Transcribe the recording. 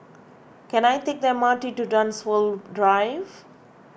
can I take the M R T to Dunsfold Drive